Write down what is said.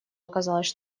оказалось